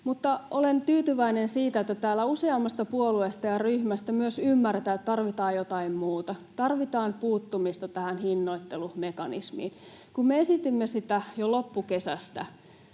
olen tyytyväinen siitä, että täällä useammasta puolueesta ja ryhmästä myös ymmärretään, että tarvitaan jotain muuta. Tarvitaan puuttumista tähän hinnoittelumekanismiin. Kun me esitimme sitä jo loppukesästä,